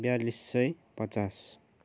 ब्यालिस सय पचास